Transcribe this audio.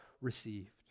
received